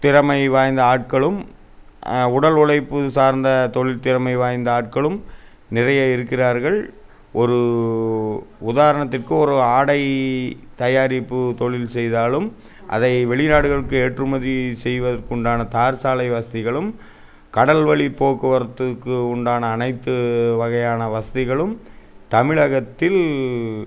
திறமை வாய்ந்த ஆட்களும் உடல் உழைப்பு சார்ந்த தொழில் திறமை வாய்ந்த ஆட்களும் நிறைய இருக்கிறார்கள் ஒரு உதாரணத்திற்கு ஒரு ஆடை தயாரிப்பு தொழில் செய்தாலும் அதை வெளி நாடுகளுக்கு ஏற்றுமதி செய்வதற்கு உண்டான தார் சாலை வசதிகளும் கடல் வழி போக்குவரத்துக்கு உண்டான அனைத்து வகையான வசதிகளும் தமிழகத்தில்